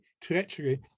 treachery